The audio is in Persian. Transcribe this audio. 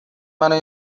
منو